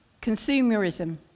consumerism